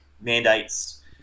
mandates